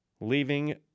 leaving